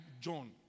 John